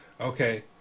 Okay